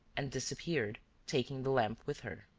and disappeared, taking the lamp with her.